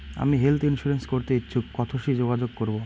আমি health insurance করতে ইচ্ছুক কথসি যোগাযোগ করবো?